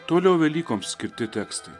toliau velykoms skirti tekstai